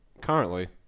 currently